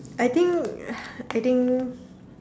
I think I think